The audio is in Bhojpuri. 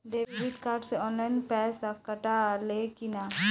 डेबिट कार्ड से ऑनलाइन पैसा कटा ले कि ना?